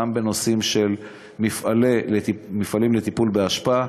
גם בנושאים של מפעלים לטיפול באשפה.